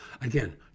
Again